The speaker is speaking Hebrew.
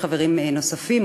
ויש חברים נוספים,